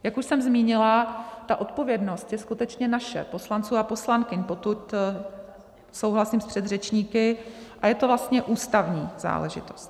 Jak už jsem zmínila, ta odpovědnost je skutečně naše, poslanců a poslankyň, potud souhlasím s předřečníky, a je to vlastně ústavní záležitost.